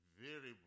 variable